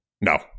No